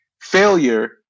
Failure